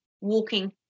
walking